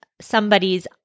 somebody's